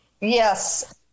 Yes